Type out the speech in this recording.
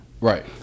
Right